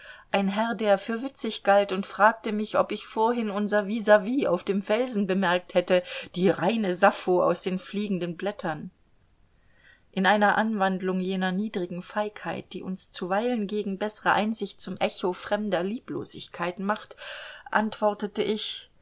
ein herr der für witzig galt und fragte mich ob ich vorhin unser vis vis auf dem felsen bemerkt hätte die reine sappho aus den fliegenden blättern in einer anwandlung jener niedrigen feigheit die uns zuweilen gegen bessere einsicht zum echo fremder lieblosigkeit macht antwortete ich